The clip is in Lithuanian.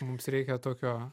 mums reikia tokio